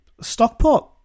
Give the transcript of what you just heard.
Stockport